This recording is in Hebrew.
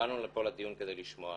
באנו לפה לדיון כדי לשמוע.